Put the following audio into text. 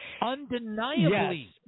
Undeniably